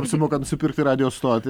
apsimoka nusipirkti radijo stotį